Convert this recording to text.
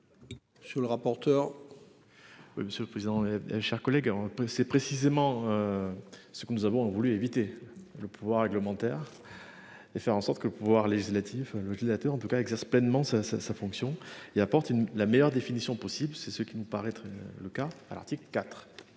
Sur le rapporteur. Oui, monsieur le président. Chers collègues, c'est précisément. Ce que nous avons voulu éviter le pouvoir réglementaire. Et faire en sorte que pouvoir législatif le liquidateur ne peut pas ça pleinement sa sa sa fonction il apporte une la meilleure définition possible, c'est ce qui nous paraît être le cas à l'article IV.